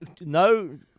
No